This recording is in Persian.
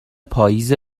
پائیز